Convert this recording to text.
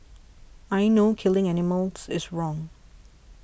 I know killing animals is wrong